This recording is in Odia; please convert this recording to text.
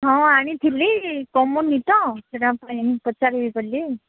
ହଁ ଆଣିଥିଲି କମୁନି ତ ସେଇଟା ପାଇଁ ପଚାରିବି ବୋଲି